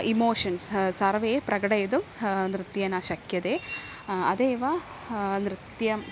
emotions सर्वे प्रकटयितुं नृत्येन शक्यते अत एव नृत्यम्